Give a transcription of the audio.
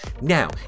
Now